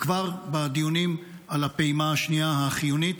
כבר בדיונים על הפעימה השנייה, החיונית.